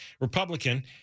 Republican